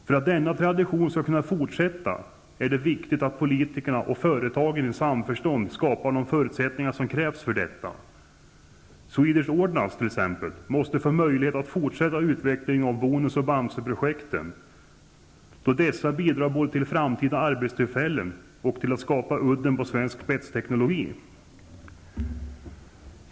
För att denna tradition skall kunna upprätthållas är det viktigt att politikerna och företagen i samförstånd skapar de förutsättningar som krävs för detta. Swedish Ordnance, t.ex., måste få möjlighet att fortsätta utvecklingen av Bonus och Bamseprojekten, då dessa bidrar både till framtida arbetstillfällen och till att skapa udden på svensk spetsteknologi.